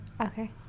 okay